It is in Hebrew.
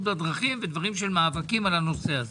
בדרכים ודברים של מאבקים בנושא הזה.